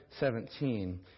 17